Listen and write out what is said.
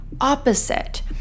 opposite